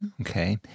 Okay